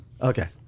Okay